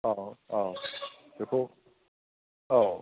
औ औ बेखौ औ